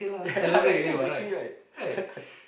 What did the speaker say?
yeah yeah eh exactly right